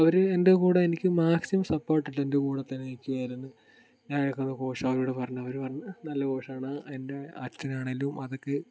അവർ എൻ്റെ കൂടെ എനിക്ക് മാക്സിമം സപ്പോർട്ട് ഇട്ട് എൻ്റെ കൂടെ തന്നെ നിക്കുവായിരുന്നു ഞാൻ എടുക്കുന്ന കോഴ്സ് അവരോട് പറഞ്ഞ് അവർ പറഞ്ഞു നല്ല കോഴ്സാണ് എൻ്റെ അച്ഛൻ ആണെങ്കിലും അതൊക്കെ